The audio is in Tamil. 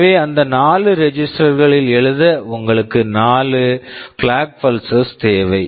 எனவே அந்த 4 ரெஜிஸ்டர் register களில் எழுத உங்களுக்கு 4 கிளாக் பல்செஸ் clock pulses தேவை